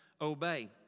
obey